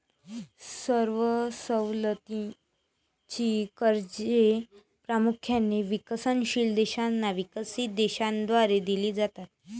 सवलतीची कर्जे प्रामुख्याने विकसनशील देशांना विकसित देशांद्वारे दिली जातात